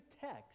text